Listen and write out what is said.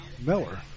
Miller